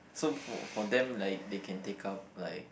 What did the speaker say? so for for them like they can take up like